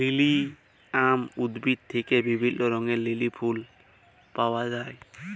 lilium উদ্ভিদ থেক্যে বিভিল্য রঙের লিলি ফুল পায়া যায়